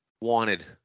wanted